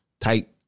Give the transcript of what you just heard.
type